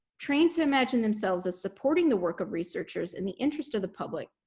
trained to imagine themselves as supporting the work of researchers in the interest of the public,